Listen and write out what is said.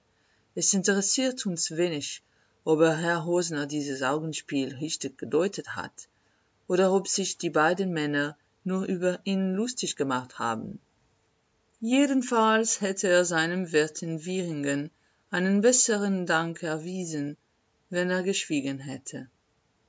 es interessiert uns wenig ob herr rosner dieses augenspiel richtig gedeutet hat oder ob sich die beiden männer nur über ihn lustig gemacht haben jedenfalls hätte er seinem wirt in wieringen einen besseren dank erwiesen wenn er geschwiegen hätte